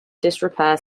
disrepair